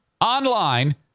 online